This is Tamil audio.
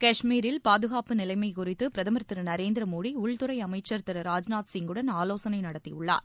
கஷ்மீரில் பாதுகாப்பு நிலைமை குறித்து பிரதமர் திரு நரேந்திர மோடி உள்துறை அமைச்சர் திரு ராஜ்நாத் சிங்குடன் ஆலோசனை நடத்தியுள்ளார்